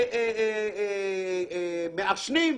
לגבי מעשנים,